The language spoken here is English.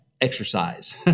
exercise